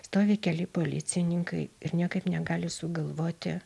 stovi keli policininkai ir niekaip negali sugalvoti